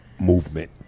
movement